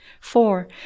four